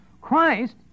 Christ